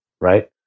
right